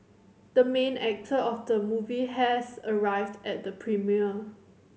the main actor of the movie has arrived at the premiere